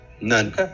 none